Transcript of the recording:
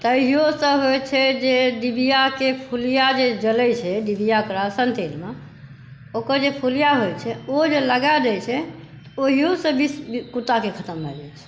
तहियोसॅं होइ छै जे डिबियाक फूलिया जे जलै छै डिबिया किरासिन तेलमे ओकर जे फूलिया होइ छै ओ जे लगा दै छै ओहियोसॅं विष कुत्ताके खतम भऽ जाइ छै